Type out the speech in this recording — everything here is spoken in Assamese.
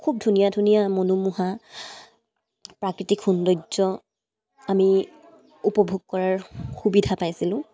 খুব ধুনীয়া ধুনীয়া মনোমোহা প্ৰাকৃতিক সৌন্দৰ্য আমি উপভোগ কৰাৰ সুবিধা পাইছিলোঁ